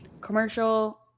commercial-